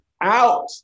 out